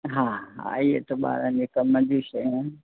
हा हा इहे त ॿारनि जे कम जी शयूं आहिनि